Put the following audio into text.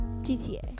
gta